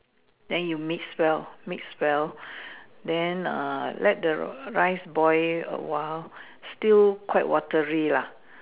then you mix well mix well then err let the rice boil awhile still quite watery lah